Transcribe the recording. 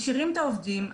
משאירים את העובדים.